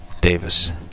Davis